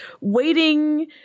waiting